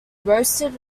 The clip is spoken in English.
roasted